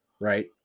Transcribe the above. right